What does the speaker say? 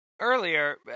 earlier